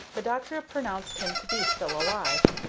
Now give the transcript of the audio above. the doctor pronounced him to be still alive,